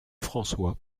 françois